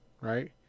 right